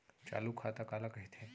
चालू खाता काला कहिथे?